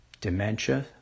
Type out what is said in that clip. dementia